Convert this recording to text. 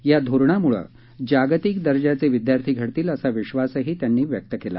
या धोरणामुळे जागतिक दर्जाचे विद्यार्थी घडतील असा विश्वास त्यांनी व्यक्त केला